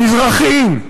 מזרחים,